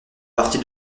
partie